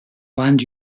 land